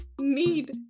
need